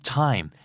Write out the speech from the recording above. time